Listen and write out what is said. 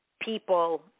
people